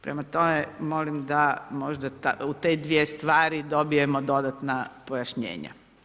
Prema tome, molim da možda u te dvije stvari dobijemo dodatna pojašnjenja.